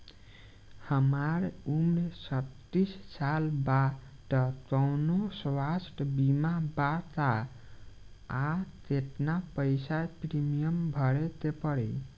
हमार उम्र छत्तिस साल बा त कौनों स्वास्थ्य बीमा बा का आ केतना पईसा प्रीमियम भरे के पड़ी?